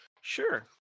Sure